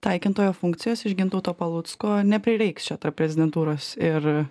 taikintojo funkcijos iš gintauto palucko neprireiks čia tarp prezidentūros ir